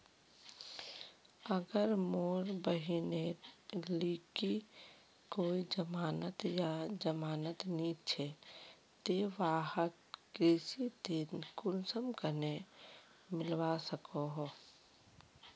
अगर मोर बहिनेर लिकी कोई जमानत या जमानत नि छे ते वाहक कृषि ऋण कुंसम करे मिलवा सको हो?